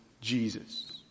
Jesus